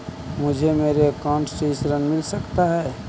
मुझे मेरे अकाउंट से ऋण मिल सकता है?